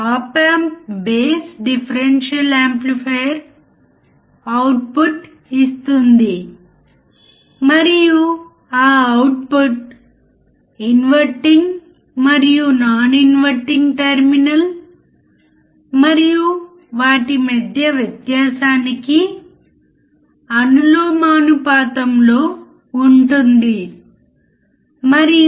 operational amplifier యొక్క గరిష్ట positive మరియు negative undistorted output voltage output వోల్టేజ్ను ఇస్తుంది